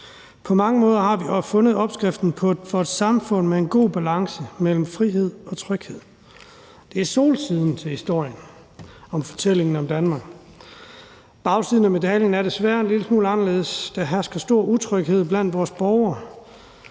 På mange måder har vi fundet opskriften på et samfund med en god balance mellem frihed og tryghed. Det er solsiden af historien og fortællingen om Danmark. Bagsiden af medaljen er desværre en lille smule anderledes. Der hersker stor utryghed blandt vores borgere.